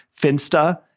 Finsta